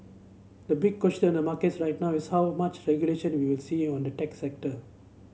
the big question on the markets right now is how much regulation we will see on the tech sector